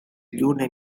lluna